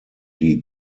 die